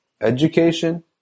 education